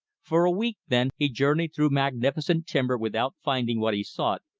for a week, then, he journeyed through magnificent timber without finding what he sought,